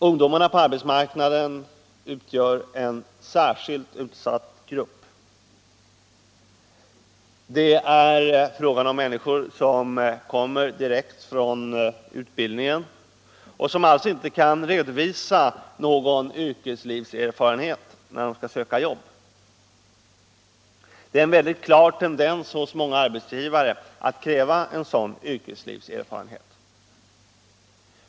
Ungdomarna utgör en särskilt utsatt grupp på arbetsmarknaden. Det är fråga om människor som kommer direkt från utbildningen och som alltså inte kan redovisa någon yrkeslivserfarenhet när de skall söka jobb. Hos många arbetsgivare finns det en väldigt klar tendens att kräva en sådan yrkeslivserfarenhet.